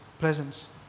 presence